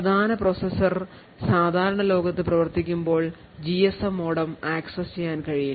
പ്രധാന പ്രോസസർ സാധാരണ ലോകത്ത് പ്രവർത്തിക്കുമ്പോൾ ജിഎസ്എം മോഡം ആക്സസ് ചെയ്യാൻ കഴിയില്ല